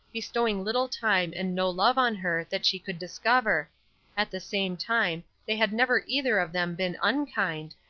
bestowing little time and no love on her that she could discover at the same time they had never either of them been unkind,